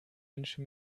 wünsche